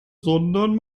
sondern